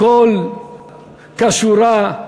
הכול כשורה,